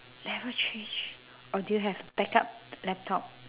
never change or do you have backup laptop